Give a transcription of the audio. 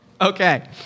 Okay